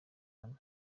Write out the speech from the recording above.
hano